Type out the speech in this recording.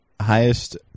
Highest